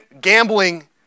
gambling